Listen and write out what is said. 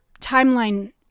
timeline